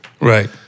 Right